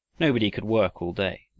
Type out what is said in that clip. nobody could work all day.